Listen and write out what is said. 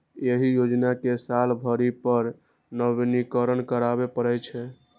एहि योजना कें साल भरि पर नवीनीकरण कराबै पड़ै छै